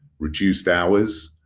reduced hours,